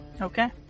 Okay